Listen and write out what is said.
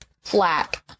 flat